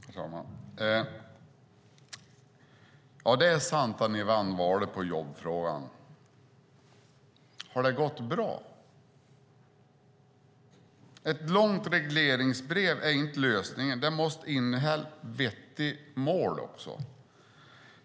Herr talman! Det är sant att ni vann valet på jobbfrågan. Har det gått bra? Ett långt regleringsbrev är inte lösningen. Det måste innehålla vettiga mål också.